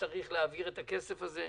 צריך להעביר את הכסף הזה,